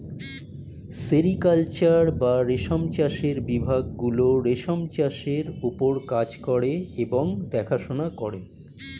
sericulture বা রেশম চাষের বিভাগ গুলো রেশম চাষের ওপর কাজ করে এবং দেখাশোনা করে